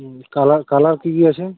হুম colour colour কী কী আছে